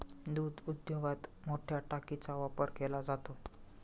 दूध उद्योगात मोठया टाकीचा वापर केला जातो